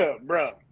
bro